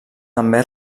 també